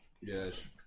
Yes